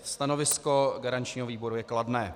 Stanovisko garančního výboru je kladné.